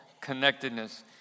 connectedness